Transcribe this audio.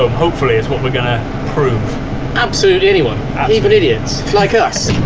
ah hopefully, it's what we're gonna prove absolutely, anyone even idiots like us?